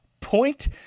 point